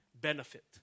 benefit